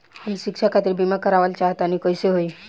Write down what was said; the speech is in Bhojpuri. हम शिक्षा खातिर बीमा करावल चाहऽ तनि कइसे होई?